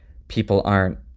people aren't